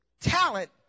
talent